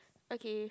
okay